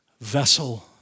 vessel